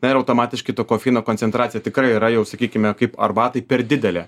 na ir automatiškai to kofeino koncentracija tikrai yra jau sakykime kaip arbatai per didelė